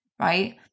right